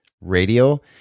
radio